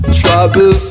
trouble